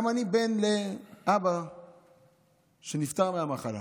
גם אני בן לאבא שנפטר מהמחלה.